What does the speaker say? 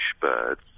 birds